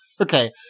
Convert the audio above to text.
Okay